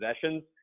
possessions